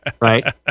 Right